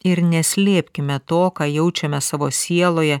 ir neslėpkime to ką jaučiame savo sieloje